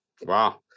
Wow